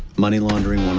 money laundering one